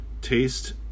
taste